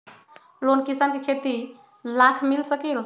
Loan किसान के खेती लाख मिल सकील?